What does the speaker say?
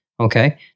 Okay